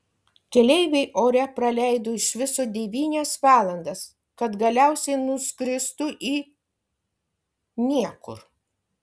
keleiviai ore praleido iš viso devynias valandas kad galiausiai nuskristų į niekur